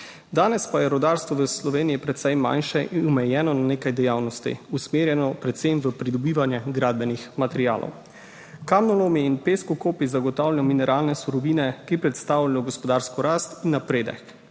Danes pa je rudarstvo v Sloveniji precej manjše in omejeno na nekaj dejavnosti, usmerjeno predvsem v pridobivanje gradbenih materialov. Kamnolomi in peskokopi zagotavljajo mineralne surovine, ki predstavljajo gospodarsko rast in napredek,